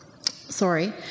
sorry